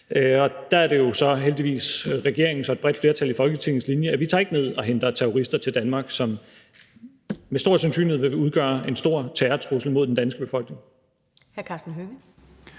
Der er det jo så heldigvis regeringens og et bredt flertal i Folketingets linje, at vi ikke tager ned og henter terrorister til Danmark, som med stor sandsynlighed vil udgøre en stor terrortrussel mod den danske befolkning.